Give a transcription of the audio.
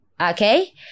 Okay